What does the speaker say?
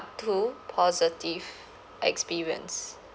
two positive experience